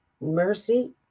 mercy